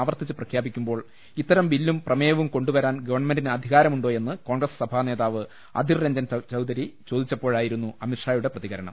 ആവർത്തിച്ച് പ്രപ്യാപിക്കുമ്പോൾ ഇത്തരം ബില്ലും പ്രമേയവും കൊണ്ടുവരാൻ ഗവൺമെന്റിന് അധി കാരമുണ്ടോയെന്ന് കോൺഗ്രസ് സഭാ നേതാവ് അധിർ രഞ്ജൻ ചൌധരി ചോദിച്ചപ്പോഴായിരുന്നു അമിത് ഷായുടെ പ്രതികരണം